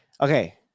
Okay